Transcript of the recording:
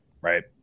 right